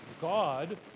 God